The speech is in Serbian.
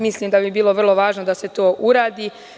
Mislim da bi bilo vrlo važno da se to uradi.